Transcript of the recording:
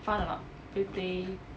fun or not play play